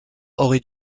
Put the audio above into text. aurait